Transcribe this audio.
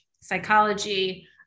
psychology